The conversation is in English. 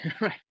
right